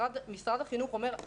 משרד החינוך אומר: